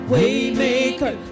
Waymaker